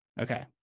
okay